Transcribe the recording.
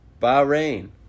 Bahrain